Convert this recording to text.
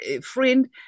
friend